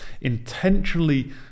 intentionally